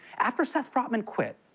after seth frotman quit,